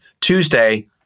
Tuesday